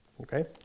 Okay